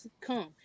come